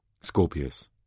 Scorpius